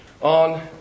on